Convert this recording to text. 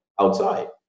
outside